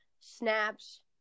snaps –